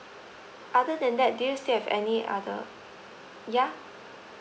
other than that do you still have any other ya